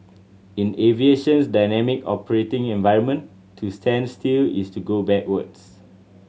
in aviation's dynamic operating environment to stand still is to go backwards